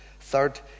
Third